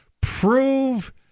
prove